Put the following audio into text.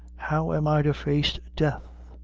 how am i to face death